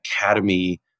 academy